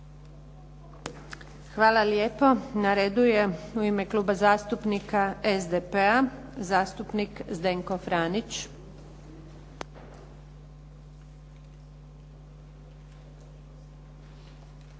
Hvala lijepo. Na redu je u ime Kluba zastupnika SDP-a, zastupnik Zdenko Franić.